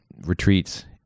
retreats